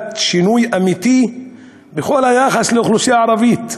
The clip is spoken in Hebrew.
שינוי אמיתי בכל היחס לאוכלוסייה הערבית.